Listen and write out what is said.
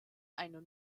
einer